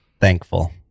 Thankful